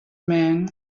man